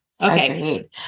okay